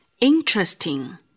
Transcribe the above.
Interesting